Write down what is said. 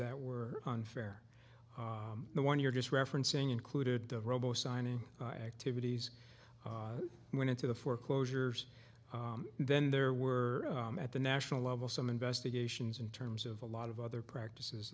that were unfair the one you're just referencing included robo signing activities went into the foreclosures and then there were at the national level some investigations in terms of a lot of other practices